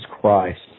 Christ